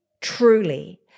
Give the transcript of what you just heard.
truly